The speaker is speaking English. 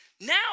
now